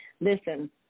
Listen